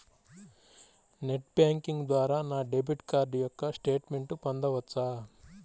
Net banking ద్వారా నా debit card యొక్క స్టేట్మెంట్ పొందవచ్చా?